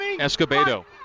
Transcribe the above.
Escobedo